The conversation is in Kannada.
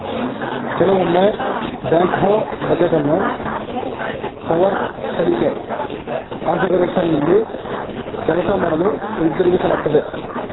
ಕೆಲವೊಮ್ಮೆ ಬ್ಯಾಕ್ಹೋ ಬಕೆಟನ್ನು ಪವರ್ ಸಲಿಕೆ ಕಾನ್ಫಿಗರೇಶನ್ನಲ್ಲಿ ಕೆಲಸ ಮಾಡಲು ಹಿಂತಿರುಗಿಸಲಾಗ್ತದೆ